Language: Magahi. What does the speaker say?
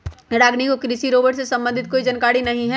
रागिनी को कृषि रोबोट से संबंधित कोई जानकारी नहीं है